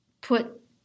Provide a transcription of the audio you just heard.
put